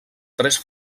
tres